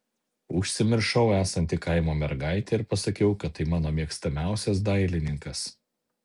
užsimiršau esanti kaimo mergaitė ir pasakiau kad tai mano mėgstamiausias dailininkas